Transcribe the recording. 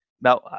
now